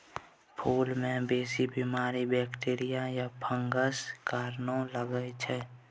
फुल मे बेसी बीमारी बैक्टीरिया या फंगसक कारणेँ लगै छै